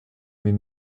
mais